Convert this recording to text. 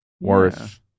worth